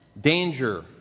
Danger